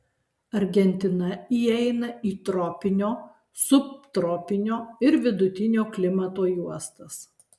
argentina įeina į tropinio subtropinio ir vidutinio klimato juostas